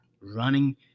running